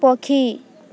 ପକ୍ଷୀ